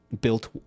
built